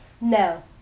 No